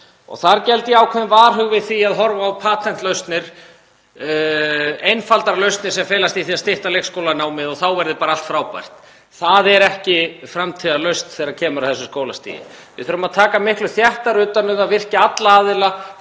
Þar geld ég ákveðinn varhuga við því að horfa á patentlausnir, einfaldar lausnir sem felast í því að stytta leikskólakennaranámið og þá verði bara allt frábært. Það er ekki framtíðarlausn þegar kemur að þessu skólastigi. Við þurfum að taka miklu þéttar utan um það, virkja alla aðila,